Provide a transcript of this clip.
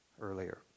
earlier